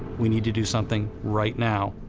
we need to do something right now.